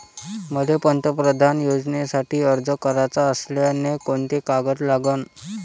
मले पंतप्रधान योजनेसाठी अर्ज कराचा असल्याने कोंते कागद लागन?